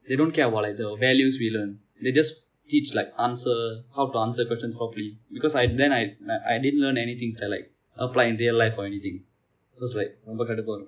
they don't care about like the values we learn they just teach like answer how to answer questions properly because I then I my I didn't learn anything for like apply in real life or anything so it's like ரொம்ப கடுப்பாக வரும்:romba kadupaaga varum